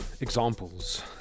examples